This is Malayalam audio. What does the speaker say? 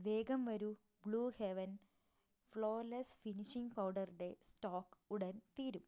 വേഗം വരൂ ബ്ലൂ ഹെവൻ ഫ്ലോലെസ്സ് ഫിനിഷിംഗ് പൗഡറിൻറെ സ്റ്റോക്ക് ഉടൻ തീരും